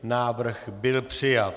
Návrh byl přijat.